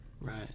right